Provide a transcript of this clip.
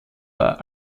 war